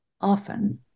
often